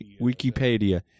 Wikipedia